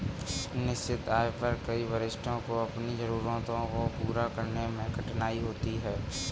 निश्चित आय पर कई वरिष्ठों को अपनी जरूरतों को पूरा करने में कठिनाई होती है